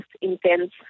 intense